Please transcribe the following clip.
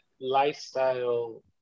lifestyle